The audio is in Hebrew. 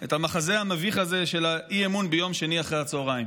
את המחזה המביך הזה של האי-אמון ביום שני אחרי הצוהריים.